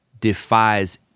defies